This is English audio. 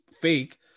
fake